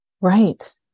right